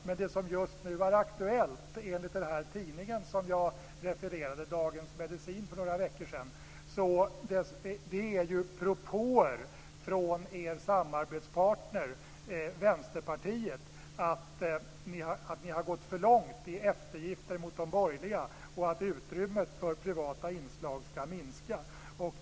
Men det som just nu är aktuellt enligt den tidning som jag refererade, Dagens Medicin, är propåer från er samarbetspartner Vänsterpartiet om att ni har gått för långt i eftergifter mot de borgerliga och att utrymmet för privata inslag skall minska.